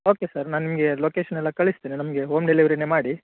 okay sir ನಾನು ನಿಮಗೆ location ಎಲ್ಲ ಕಳಿಸ್ತೇನೆ ನಮಗೆ ಹೋಮ್ ಡೆಲಿವರಿನೇ ಮಾಡಿ